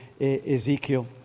Ezekiel